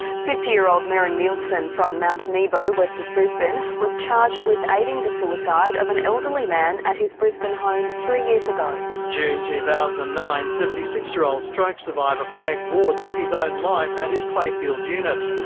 fifty-year-old merin nielson from mt nebo, west of brisbane, was charged with aiding the suicide of an elderly man at his brisbane home three years ago. in june two thousand and nine, seventy six year old stroke survivor frank ward took his own life at his clayfield unit.